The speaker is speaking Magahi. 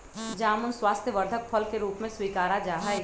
जामुन स्वास्थ्यवर्धक फल के रूप में स्वीकारा जाहई